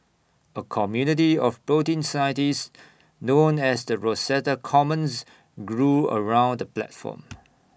A community of protein scientists known as the Rosetta Commons grew around the platform